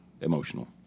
emotional